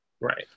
right